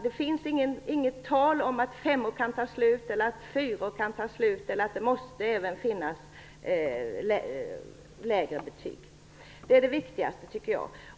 Det finns inget tal om att femmor eller fyror kan ta slut eller om att det även måste ges lägre betyg. Det är det viktigaste, tycker jag.